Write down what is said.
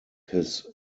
his